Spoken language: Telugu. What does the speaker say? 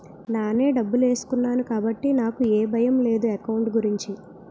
నానే డబ్బులేసుకున్నాను కాబట్టి నాకు ఏ భయం లేదు ఎకౌంట్ గురించి